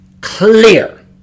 clear